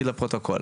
בבקשה.